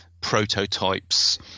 prototypes